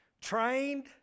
trained